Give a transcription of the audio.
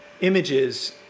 images